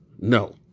No